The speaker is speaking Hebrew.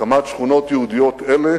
הקמת שכונות יהודיות אלה